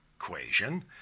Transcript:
equation